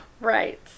Right